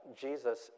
Jesus